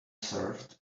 served